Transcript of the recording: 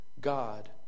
God